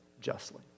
justly